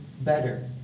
better